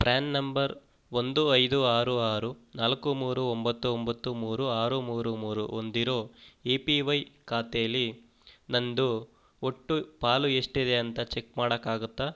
PRAN number ಒಂದು ಐದು ಆರು ಆರು ನಾಲ್ಕು ಮೂರು ಒಂಬತ್ತು ಒಂಬತ್ತು ಮೂರು ಆರು ಮೂರು ಮೂರು ಹೊಂದಿರೋ ಎ ಪಿ ವೈ ಖಾತೇಲ್ಲಿ ನನ್ನದು ಒಟ್ಟು ಪಾಲು ಎಷ್ಟಿದೆ ಅಂತ ಚೆಕ್ ಮಾಡೋಕ್ಕಾಗುತ್ತಾ